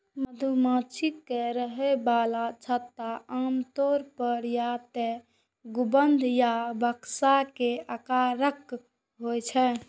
मधुमाछी के रहै बला छत्ता आमतौर पर या तें गुंबद या बक्सा के आकारक होइ छै